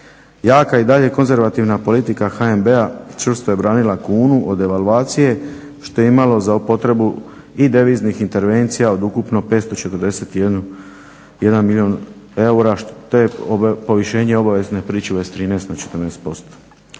Jaka i dalje konzervativna politika HNB-a čvrsto je branila kunu od devalvacije što je imalo za potrebu i deviznih intervencija od ukupno 541 milijun eura, to je povišenje obavezne pričuve s 13 na 14%.